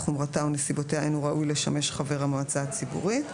חומרתה או נסיבותיה אין הוא ראוי לשמש חבר המועצה הציבורית,